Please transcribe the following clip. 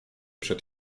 przed